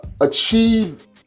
achieve